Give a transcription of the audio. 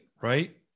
right